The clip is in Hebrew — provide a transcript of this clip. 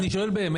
אני שואל באמת.